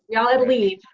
yeah i believe.